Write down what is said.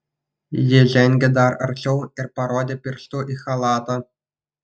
ji žengė dar arčiau ir parodė pirštu į chalatą